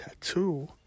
tattoo